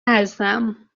هستم